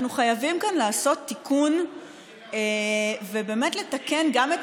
אנחנו חייבים כאן לעשות תיקון ובאמת לתקן גם את